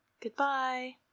Goodbye